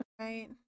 Right